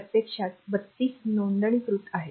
प्रत्यक्षात 3२ नोंदणीकृत आहेत